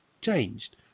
changed